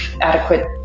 adequate